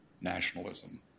nationalism